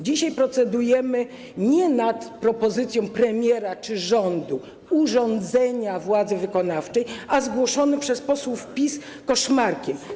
Dzisiaj procedujemy nie nad propozycją premiera czy rządu dotyczącą urządzenia władzy wykonawczej, a nad zgłoszonym przez posłów PiS koszmarkiem.